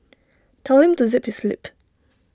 tell him to zip his lip